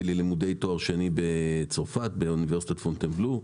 ללימודי תואר שני בצרפת באוניברסיטת פונטבלו,